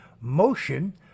motion